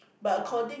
!wah!